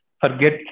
forget